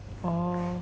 oh